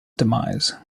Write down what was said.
demise